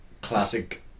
classic